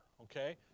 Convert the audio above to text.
okay